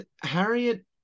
Harriet